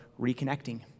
reconnecting